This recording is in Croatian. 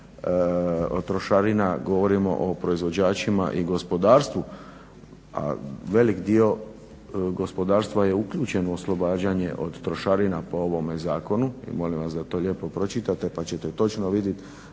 od trošarina govorimo o proizvođačima i gospodarstvu, a velik dio gospodarstva je uključeno u oslobađanje od trošarina po ovom zakonu i molim vas da to lijepo pročitate pa ćete točno vidjeti